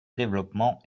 développement